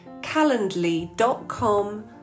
calendly.com